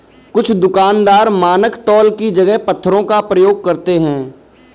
कुछ दुकानदार मानक तौल की जगह पत्थरों का प्रयोग करते हैं